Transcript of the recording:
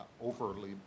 overly